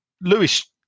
Lewis